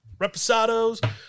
reposados